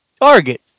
Target